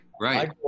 right